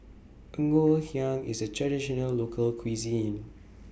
Ngoh Hiang IS A Traditional Local Cuisine